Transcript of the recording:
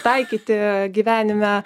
taikyti a gyvenime